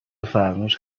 فرموش